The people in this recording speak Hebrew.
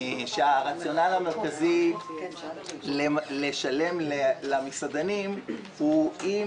הטענה שהרציונל המרכזי לשלם למסעדנים הוא אם